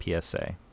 PSA